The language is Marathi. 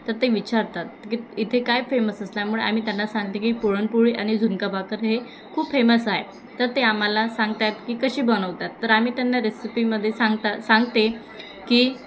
तर ते विचारतात की इथे काय फेमस असल्यामुळे आम्ही त्यांना सांगते की पुरणपोळी आणि झुणकाभाकर हे खूप फेमस आहे तर ते आम्हाला सांगत आहेत की कशी बनवतात तर आम्ही त्यांना रेसिपीमध्ये सांगता सांगते की